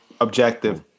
objective